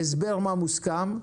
הסבר מה מוסכם,